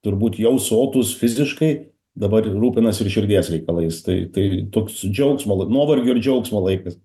turbūt jau sotūs fiziškai dabar rūpinas ir širdies reikalais tai tai toks džiaugsmo nuovargio ir džiaugsmo laikas